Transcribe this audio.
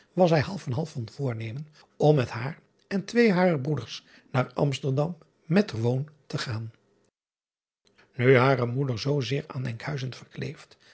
was hij half en half van voornemen om met haar en twee harer broeders naar m driaan oosjes zn et leven van illegonda uisman sterdam met er woon te gaan u hare moeder zoo zeer aan nkhuizen verkleefd